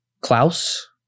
Klaus